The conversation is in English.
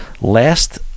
last